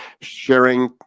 sharing